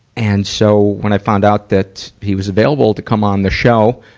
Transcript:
and so, when i found out that he was available to come on the show,